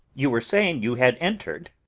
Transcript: you were saying you had entered.